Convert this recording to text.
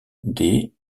des